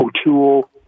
O'Toole